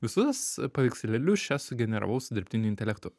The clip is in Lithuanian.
visus paveikslėlius čia sugeneravau su dirbtiniu intelektu